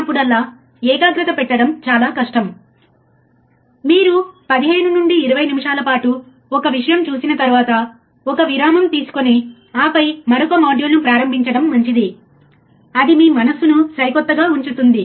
ఇప్పుడు మీరు input terminal వద్ద వోల్టేజ్ ఇవ్వలేదని అనుకుందాం లేదా ఆప్ ఆంప్ ఈ యొక్క ఇన్పుట్ టెర్మినల్ లు గ్రౌండ్ చేయబడ్డాయి